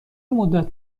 مدت